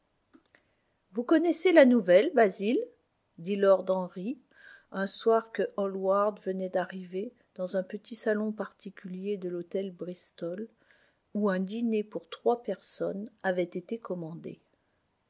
ous connaissez la nouvelle basil dit lord henry un soir que hallward venait d'arriver dans un petit salon particulier de l'hôtel bristol où un dîner pour trois personnes avait été commandé